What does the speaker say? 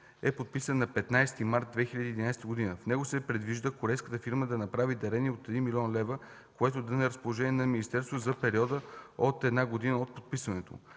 е подписан на 15 март 2011 г. В него се предвижда корейската фирма да направи дарение от 1 млн. лв., което да е на разположение на министерството за период от една година от подписването